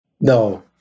No